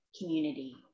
community